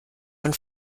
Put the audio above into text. von